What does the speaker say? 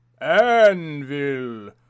Anvil